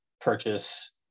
purchase